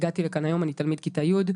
תלמיד כיתה י',